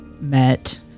met